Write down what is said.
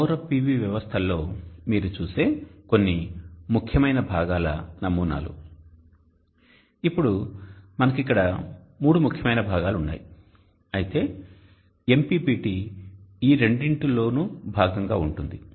ఇవి సౌర PV వ్యవస్థలలో మీరు చూసే కొన్ని ముఖ్యమైన భాగాల నమూనాలు ఇప్పుడు మనకు ఇక్కడ మూడు ముఖ్యమైన భాగాలు ఉన్నాయి అయితే MPPT ఈ రెండింటిలో నూ భాగంగా ఉంటుంది